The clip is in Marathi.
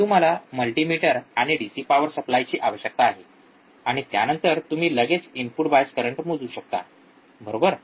तुम्हाला मल्टीमीटर आणि डीसी पॉवर सप्लायची आवश्यकता आहे आणि त्यानंतर तुम्ही लगेच इनपुट बायस करंट मोजू शकता बरोबर